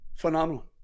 phenomenal